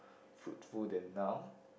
fruitful than now